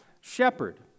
shepherd